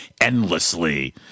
endlessly